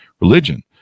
religion